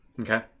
Okay